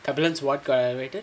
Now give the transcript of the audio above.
kabilan what's elevated